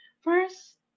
first